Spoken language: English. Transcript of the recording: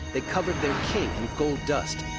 they covered their king in gold dust.